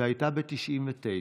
שהייתה ב-1999,